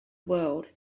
world